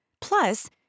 Plus